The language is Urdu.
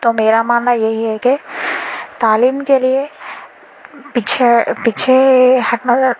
تو میرا ماننا یہی ہے کہ تعلیم کے لیے پیچھے پیچھے ہٹنا